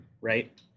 right